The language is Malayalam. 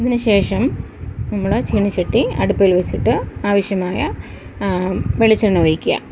ഇതിനുശേഷം നമ്മൾ ചീനച്ചട്ടി അടുപ്പിൽ വെച്ചിട്ട് ആവശ്യമായ വെളിച്ചെണ്ണ ഒഴിക്കുക